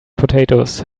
potatoes